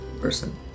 person